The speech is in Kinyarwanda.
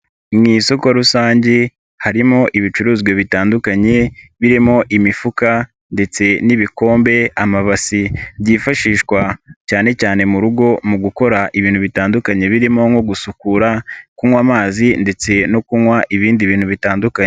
Mu isoko rusange harimo ibicuruzwa bitandukanye birimo imifuka ndetse n'ibikombe amabasi byifashishwa cyane cyane mu rugo mu gukora ibintu bitandukanye birimo nko gusukura kunywa amazi ndetse no kunywa ibindi bintu bitandukanye.